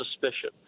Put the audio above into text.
suspicion